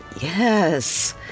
yes